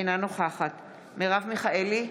אינה נוכחת מרב מיכאלי,